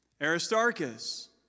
Aristarchus